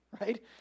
right